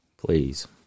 Please